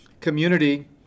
community